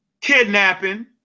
kidnapping